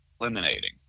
eliminating